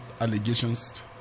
allegations